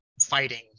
fighting